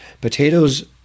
Potatoes